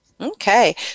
Okay